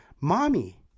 mommy